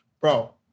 Bro